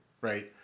right